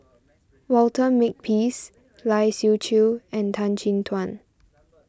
Walter Makepeace Lai Siu Chiu and Tan Chin Tuan